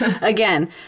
Again